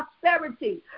prosperity